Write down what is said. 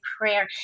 prayer